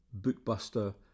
Bookbuster